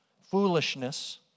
foolishness